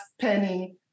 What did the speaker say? penny